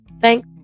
Thank